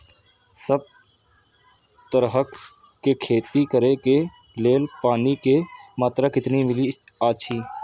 सब तरहक के खेती करे के लेल पानी के मात्रा कितना मिली अछि?